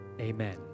amen